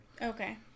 Okay